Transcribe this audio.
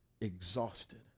exhausted